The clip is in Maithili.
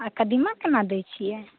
आ कदीमा केना दैत छियै